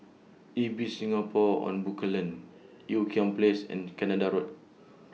Ibis Singapore on Bencoolen Ean Kiam Place and Canada Road